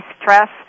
stress